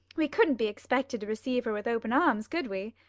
we couldn't be expected to receive her with open arms, could we?